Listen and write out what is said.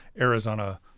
Arizona